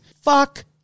Fuck